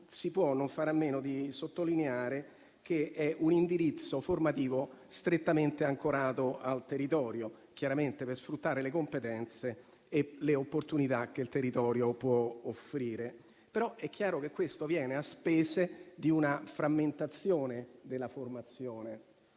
si può fare a meno di sottolineare che è un indirizzo formativo strettamente ancorato al territorio, chiaramente per sfruttare le competenze e le opportunità che il territorio può offrire. È chiaro, però, che questo avviene a spese di una frammentazione della formazione